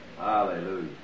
Hallelujah